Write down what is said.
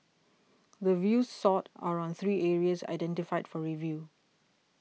the views sought are on three areas identified for review